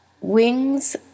wings